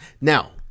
Now